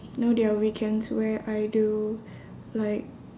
know there are weekends where I do like